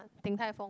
Din-Tai-Fung